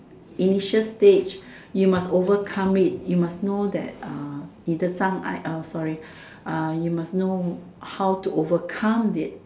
initial stage you must overcome it you must know that uh 你的障碍 sorry you must know how to overcome it